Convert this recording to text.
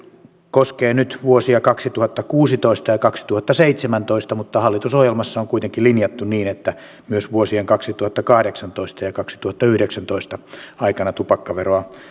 koskee nyt vuosia kaksituhattakuusitoista ja kaksituhattaseitsemäntoista mutta hallitusohjelmassa on kuitenkin linjattu niin että myös vuosien kaksituhattakahdeksantoista ja ja kaksituhattayhdeksäntoista aikana tupakkaveroa